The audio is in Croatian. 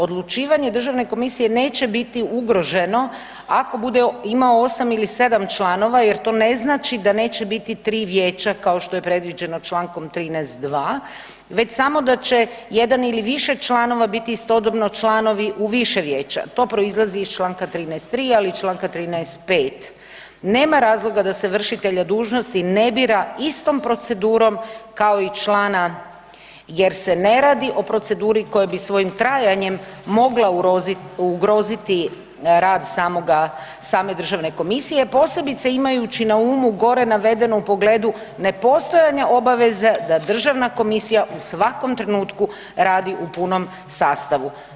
Odlučivanje Državne komisije neće biti ugroženo ako bude imao 8 ili 7 članova jer to ne znači da neće biti 3 vijeća, kao što je predviđeno čl. 13. 2., već samo da će jedan ili više članova biti istodobno članovi u više vijeća, to proizlazi iz čl. 13. 3. ali i čl. 13. 5. Nema razloga da se vršitelja dužnosti ne bira istom procedurom kao i člana jer se ne radi o proceduri koja bi svojim trajanjem mogla ugroziti rad same Državne komisije, posebice imajući na umu gore navedeno u pogledu nepostojanja obaveza da Državna komisija u svakom trenutku radi u punom sastavu.